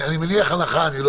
זאת הנחה, לא